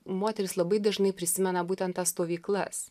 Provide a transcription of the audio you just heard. moterys labai dažnai prisimena būtent tas stovyklas